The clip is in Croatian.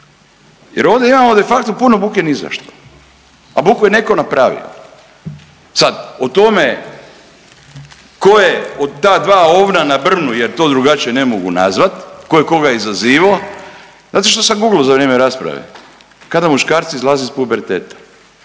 jer ovdje imamo de facto puno buke nizašto, a buku je neko napravio. Sad o tome ko je od ta dva ovna na brnu jer to drugačije ne mogu nazvat, ko je koga izazivao, znate što sam guglao za vrijeme rasprave, kada muškarci izlaze iz puberteta